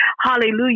Hallelujah